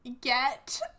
get